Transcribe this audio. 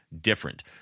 different